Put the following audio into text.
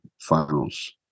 finals